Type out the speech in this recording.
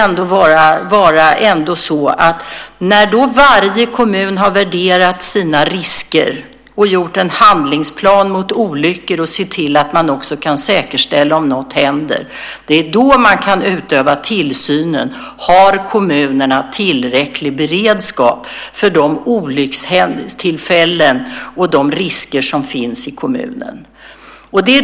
När sedan varje kommun värderat sina risker och gjort en handlingsplan mot olyckor och även sett till att man kan säkerställa detta om något händer då kan man också utöva tillsynen och se ifall kommunerna har tillräcklig beredskap för de olyckstillfällen och de risker som finns i kommunen.